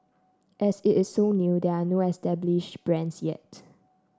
as it is so new there are no established brands yet